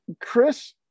Chris